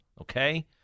okay